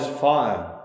fire